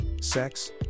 sex